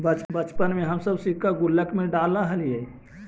बचपन में हम सब सिक्का गुल्लक में डालऽ हलीअइ